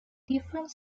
different